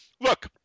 look